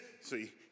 see